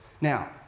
Now